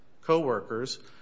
co-workers